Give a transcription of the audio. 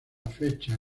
fecha